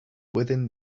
within